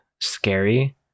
scary